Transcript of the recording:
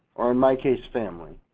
or in my case, family.